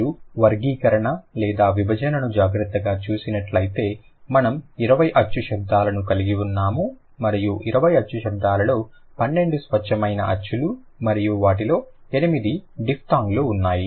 మీరు వర్గీకరణ లేదా విభజనను జాగ్రత్తగా చూసినట్లయితే మనము 20 అచ్చు శబ్దాలను కలిగి ఉన్నాము మరియు 20 అచ్చు శబ్దాలలో 12 స్వచ్ఛమైన అచ్చులు మరియు వాటిలో 8 డిఫ్థాంగ్లు ఉన్నాయి